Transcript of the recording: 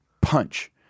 punch